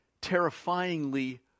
terrifyingly